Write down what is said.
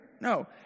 No